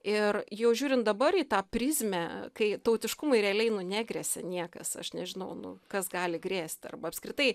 ir jau žiūrint dabar į tą prizmę kai tautiškumui realiai nu negresia niekas aš nežinau nu kas gali grėsti arba apskritai